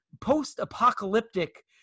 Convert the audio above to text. post-apocalyptic